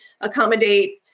accommodate